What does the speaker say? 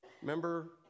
Remember